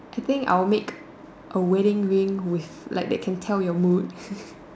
I think I'll make a wedding ring with like that can tell your mood